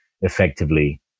effectively